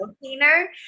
cleaner